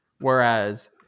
Whereas